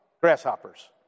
Grasshoppers